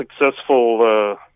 successful